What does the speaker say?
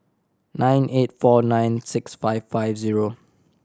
nine eight four nine six five five zero